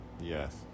Yes